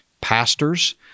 pastors